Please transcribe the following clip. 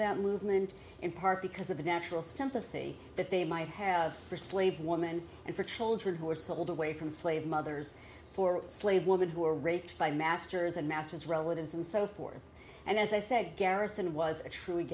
them movement in part because of the natural sympathy that they might have for slave woman and for children who were sold away from slave mothers for slave woman who were raped by masters and masters relatives and so forth and as i said garrison was a tru